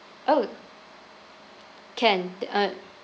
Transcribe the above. oh can the uh